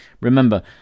Remember